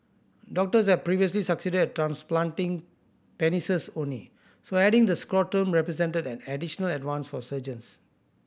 doctors have previously succeeded at transplanting penises only so adding the scrotum represented an additional advance for surgeons